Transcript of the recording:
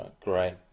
Great